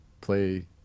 play